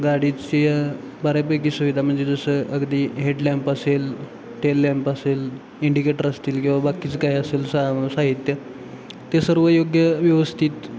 गाडीची बऱ्यापैकी सुविधा म्हणजे जसं अगदी हेडलॅम्प असेल टेल लँप असेल इंडिकेटर असतील किंवा बाकीचं काय असेल सा साहित्य ते सर्व योग्य व्यवस्थित